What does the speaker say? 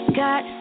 got